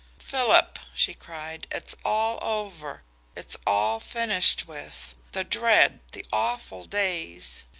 philip, she cried, it's all over it's all finished with the dread, the awful days!